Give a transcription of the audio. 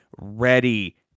ready